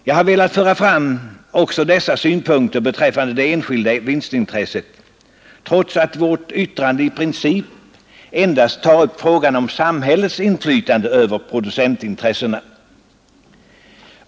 Jag har velat föra fram också dessa synpunkter beträffande det enskilda vinstintresset, trots att vårt yttrande i princip endast tar upp frågan om samhällets inflytande över producentintressena.